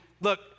look